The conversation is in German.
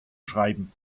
schreiben